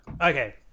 Okay